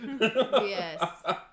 Yes